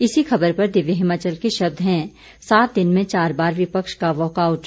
इसी खबर पर दिव्य हिमाचल के शब्द हैं सात दिन में चार बार विपक्ष का वाकआउट